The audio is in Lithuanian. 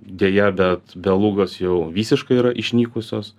deja bet belugos jau visiškai yra išnykusios